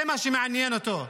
זה מה שמעניין אותו.